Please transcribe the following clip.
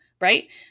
right